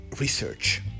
research